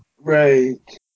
Right